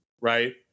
right